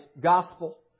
gospel